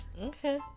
Okay